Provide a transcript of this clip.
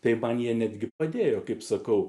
tai man jie netgi padėjo kaip sakau